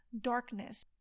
darkness